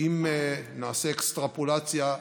אם נעשה אקסטרפולציה,